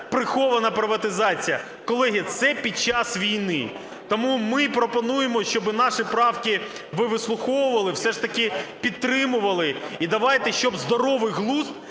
прихована приватизація. Колеги, це під час війни. Тому ми пропонуємо, щоб наші правки ви вислуховували, все ж таки підтримували. І давайте, щоб здоровий глузд